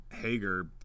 Hager